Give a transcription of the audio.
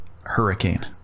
hurricane